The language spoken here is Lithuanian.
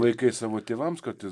vaikai savo tėvams kartais